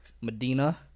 Medina